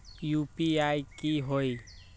UPI की होई?